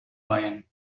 weihen